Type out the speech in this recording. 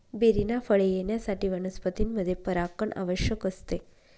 बेरींना फळे येण्यासाठी वनस्पतींमध्ये परागण आवश्यक असते